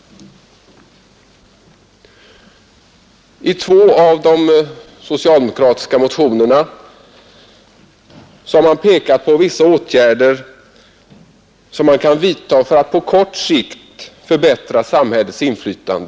I två av de socialdemokratiska motionerna har man pekat på vissa åtgärder som man kan vidta för att på kort sikt förbättra samhällets inflytande.